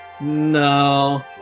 No